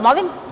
Molim?